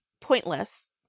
pointless